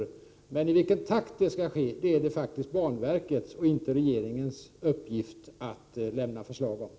Men när det gäller den takt i vilken det hela skall ske vill jag framhålla att det faktiskt är banverket och inte regeringen som lägger fram förslag därom.